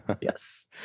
Yes